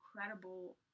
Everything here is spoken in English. incredible